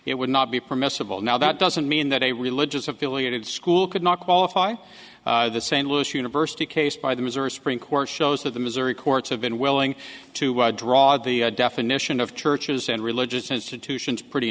it would not be permissible now that doesn't mean that a religious affiliated school could not qualify the st louis university case by the missouri supreme court shows that the missouri courts have been willing to draw the definition of churches and religious institutions pretty